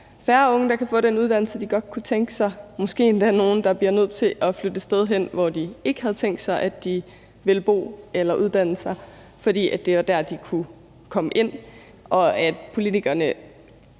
færre unge, der kan få den uddannelse, de godt kunne tænke sig, og der måske endda er nogle, der bliver nødt til at flytte et sted hen, hvor de ikke havde tænkt sig at de ville bo eller uddanne sig, fordi det var der, de kunne komme ind, og politikerne